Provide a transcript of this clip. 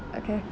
okay